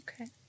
Okay